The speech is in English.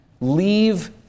Leave